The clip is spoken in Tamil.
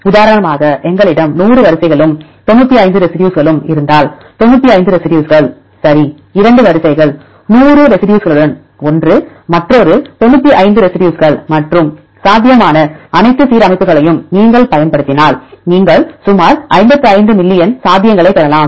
உதாரணமாக எங்களிடம் 100 வரிசைகளும் 95 ரெசிடியூஸ்களும் இருந்தால் 95 ரெசிடியூஸ்கள் சரி 2 வரிசைகள் 100 ரெசிடியூஸ்களுடன் ஒன்று மற்றொரு 95 ரெசிடியூஸ்கள் மற்றும் சாத்தியமான அனைத்து சீரமைப்புகளையும் நீங்கள் பயன்படுத்தினால் நீங்கள் சுமார் 55 மில்லியன் சாத்தியங்களைப் பெறலாம்